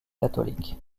catholique